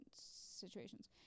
situations